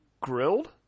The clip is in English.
grilled